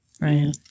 Right